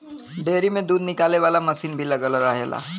dairy में दूध निकाले वाला मसीन भी लगल रहेला